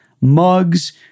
mugs